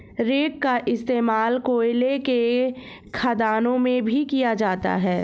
rake का इश्तेमाल कोयले के खदानों में भी किया जाता है